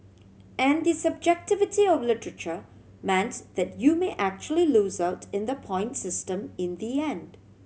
and the subjectivity of literature meant that you may actually lose out in the point system in the end